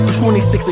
26